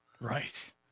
Right